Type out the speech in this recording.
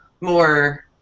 more